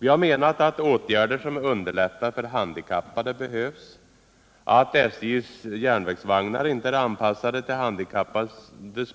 Vi menar att också åtgärder som underlättar för handikappade behövs. Att SJ:s järnvägsvagnar inte är anpassade efter de handikappades